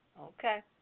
Okay